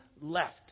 left